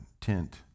tint